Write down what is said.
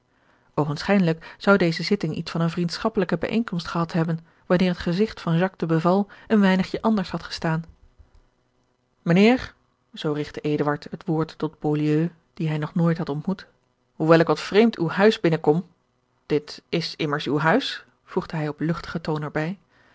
oogenschijnlijk zou deze zitting iets van eene vriendschappelijke bijeenkomst gehad hebben wanneer het gezigt van jacques de beval een weinigje anders had gestaan mijnheer zoo rigtte eduard het woord tot beaulieu dien hij nog nooit had ontmoet hoewel ik wat vreemd uw huis binnenkom dit is immers uw huis voegde hij op luchtigen toon erbij